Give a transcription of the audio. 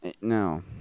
No